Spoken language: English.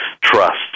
trust